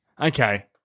Okay